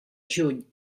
juny